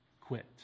quit